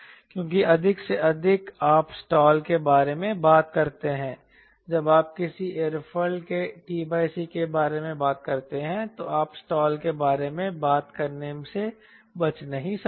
क्योंकि अधिक से अधिक आप स्टॉल के बारे में बात करते हैं जब आप किसी एयरोफिल के t c के बारे में बात करते हैं तो आप स्टाल के बारे में बात करने से बच नहीं सकते